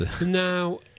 Now